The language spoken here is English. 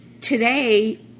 today